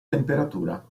temperatura